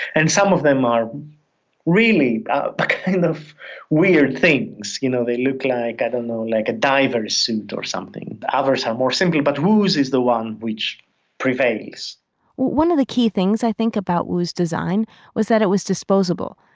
and some of them are really ah but kind of weird things. you know they look like, i don't know, like a diver's suit or something. others are more simple, but wu's is the one which prevails one of the key things, i think, about the design was that it was disposable.